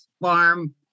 farm